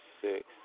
six